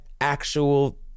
actual